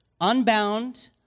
unbound